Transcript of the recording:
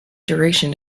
duration